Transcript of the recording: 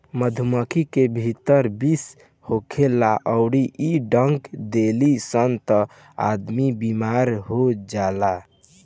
मधुमक्खी के भीतर विष होखेला अउरी इ काट देली सन त आदमी बेमार हो जाला